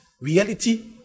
reality